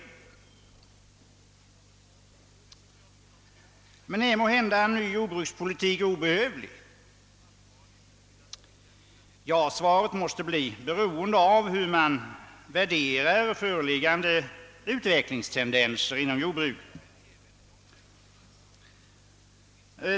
Men är måhända en ny jordbrukspolitik obehövlig? Svaret på den frågan måste bli beroende av hur man värderar utvecklingstendenserna inom jordbruket.